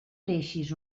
deixes